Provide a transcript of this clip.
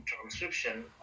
transcription